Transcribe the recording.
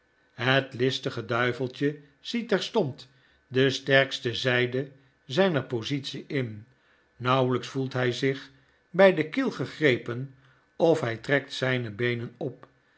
het listige duiveltje ziet terstond de sterkste zyde zyner positie in nauwelyks voelt hy zich bij de keel gegrepen of hij trekt zyne beenen op